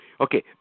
Okay